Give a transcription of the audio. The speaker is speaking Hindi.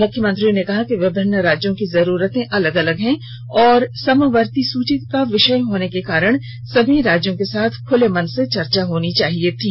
मुख्यमंत्री ने कहा कि विभिन्न राज्यों की जरूरतें अलग अलग हैं और समवर्ती सूची का विषय होने के कारण सभी राज्यों के साथ खूले मन से चर्चा होनी चाहिए थी